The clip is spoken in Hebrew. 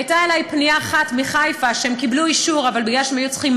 הייתה אלי פנייה אחת מחיפה, שהם קיבלו אישור, אבל